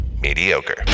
mediocre